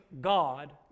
God